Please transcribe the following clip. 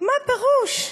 מה פירוש?